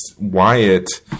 Wyatt